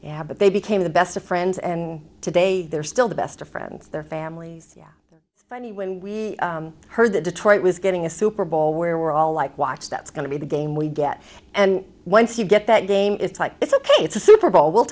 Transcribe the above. yeah but they became the best of friends and today they're still the best of friends their families funny when we heard that detroit was getting a super bowl where we're all like watch that's going to be the game we get and once you get that game it's like it's ok it's a super bowl w